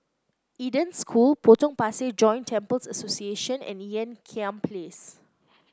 Eden School Potong Pasir Joint Temples Association and Ean Kiam Place